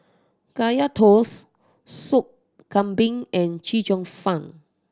Kaya Toast Soup Kambing and Chee Cheong Fun